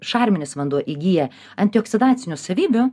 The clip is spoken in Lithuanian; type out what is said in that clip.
šarminis vanduo įgyja antioksidacinių savybių